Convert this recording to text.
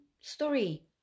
story